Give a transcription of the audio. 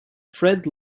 fred